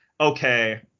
okay